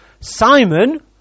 Simon